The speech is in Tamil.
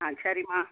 ஆ சரிம்மா